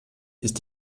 ist